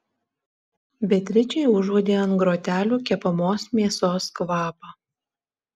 beatričė užuodė ant grotelių kepamos mėsos kvapą